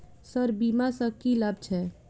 Sir बीमा सँ की लाभ छैय?